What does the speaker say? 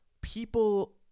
people